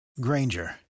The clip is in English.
Granger